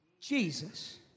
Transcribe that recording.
Jesus